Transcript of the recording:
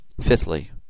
Fifthly